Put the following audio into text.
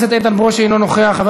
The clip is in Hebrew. אינו נוכח.